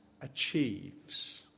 achieves